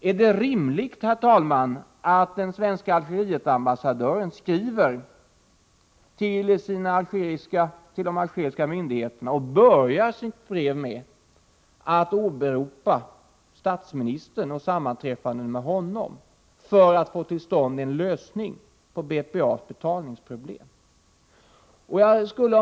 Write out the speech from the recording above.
Är det rimligt att den svenska Algerietambassadören i ett brev till de algeriska myndigheterna börjar med att åberopa statsministern och sammanträffanden med honom för att få till stånd en lösning på BPA:s betalningsproblem? Herr talman!